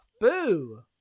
Boo